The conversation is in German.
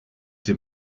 dem